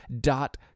dot